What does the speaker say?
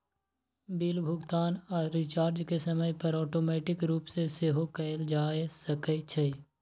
bill भुगतान आऽ recharge के समय पर ऑटोमेटिक रूप से सेहो कएल जा सकै छइ